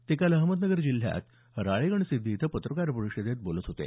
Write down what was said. ते काल अहमदनगर जिल्ह्यात राळेगणसिद्धी इथं पत्रकार परिषदेत बोलत होते